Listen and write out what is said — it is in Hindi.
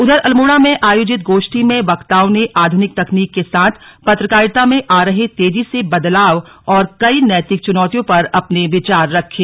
उंधर अल्मोड़ा में आयोजित गोष्ठी में वक्ताओं ने आधूनिक तकनीक के साथ पत्रकारिता में आ रहे तेजी से बदलाव और कई नैतिक चुनौतियों पर अपने विचार रखे